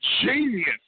genius